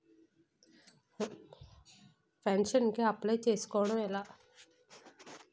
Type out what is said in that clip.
Pension కి apply చేసుకోవడం ఎలా?